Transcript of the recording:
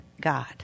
God